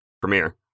premiere